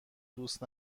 دوست